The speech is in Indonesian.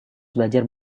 belajar